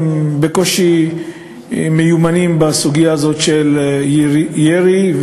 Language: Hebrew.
הם בקושי מיומנים בסוגיה הזאת של ירי,